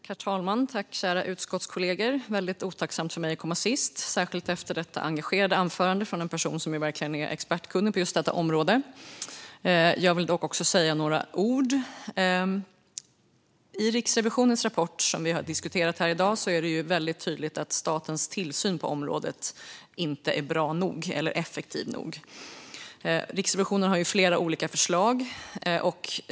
Herr talman! Kära utskottskollegor! Det är väldigt otacksamt för mig att vara den sista talaren, särskilt efter detta engagerade anförande från en person som verkligen är expert på just detta område. Jag vill dock säga några ord. I Riksrevisionens rapport, som vi diskuterar här i dag, är det väldigt tydligt att statens tillsyn på området inte är bra nog eller effektiv nog. Riksrevisionen har flera olika förslag.